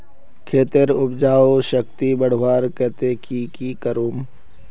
खेतेर उपजाऊ शक्ति बढ़वार केते की की करूम?